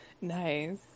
Nice